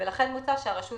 לכן מוצע שהרשות